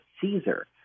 Caesar